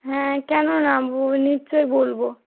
হ্যাঁ কেন না বলবো নিশ্চয়ই বলবো